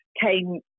came